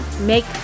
make